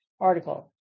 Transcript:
article